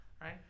right